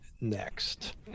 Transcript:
next